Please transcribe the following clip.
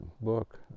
book